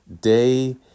day